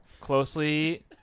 Closely